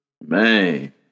Man